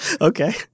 Okay